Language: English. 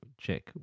check